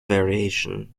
variation